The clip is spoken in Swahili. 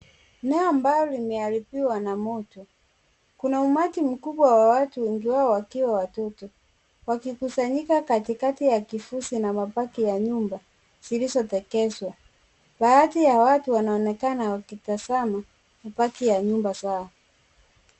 Eneo ambalo limeharibiwa na moto. Kuna umati mkubwa wa watu, wengi wao wakiwa watoto. Wakikusanyika katikati ya kifuzi na mabaki ya nyumba zilizotekezwa. Baadhi ya watu wanaonekana wakitazama mabaki ya nyumba zao.